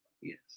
Yes